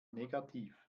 negativ